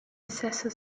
assessor